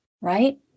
right